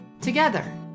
together